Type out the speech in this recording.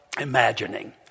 imagining